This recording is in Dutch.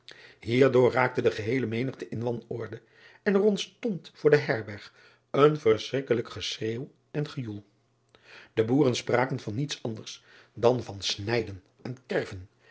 ierdoor raakte de geheele menigte in wanorde en er ontstond voor de herberg een verschrikkelijk geschreeuw en gejoel e boeren spraken van niets anders dan van snijden en kerven